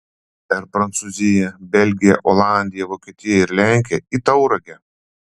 per prancūziją belgiją olandiją vokietiją ir lenkiją į tauragę